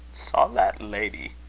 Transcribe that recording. saw that lady!